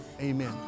Amen